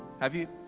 have you?